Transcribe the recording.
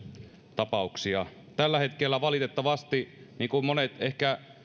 tapauksia tällä hetkellä valitettavasti niin kuin monet ehkä